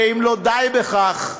ואם לא די בכך,